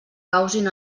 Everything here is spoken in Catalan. causin